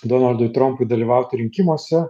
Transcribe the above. donaldui trampui dalyvauti rinkimuose